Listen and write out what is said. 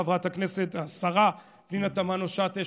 חברת הכנסת והשרה פנינה תמנו שטה,